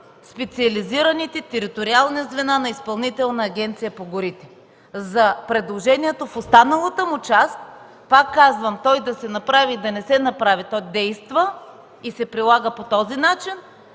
„специализираните териториални звена на Изпълнителна агенция по горите”. За предложението в останалата му част, пак казвам, и да се направи, и да не се направи, то действа и се прилага по този начин